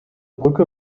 brücke